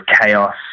chaos